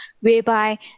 whereby